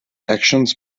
actions